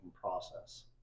process